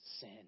sin